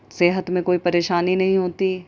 صحت میں کوئی پریشانی نہیں ہوتی